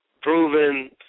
proven